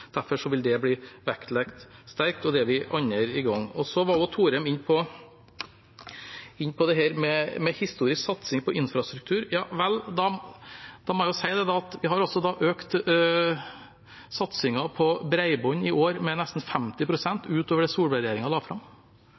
Derfor vil det bli vektlagt sterkt, og vi er allerede i gang. Så var Thorheim inn på dette med historisk satsing på infrastruktur. Vel, da kan man jo si at vi har økt satsingen på bredbånd i år med nesten 50 pst. utover det Solberg-regjeringen la fram.